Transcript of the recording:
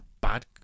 bad